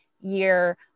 year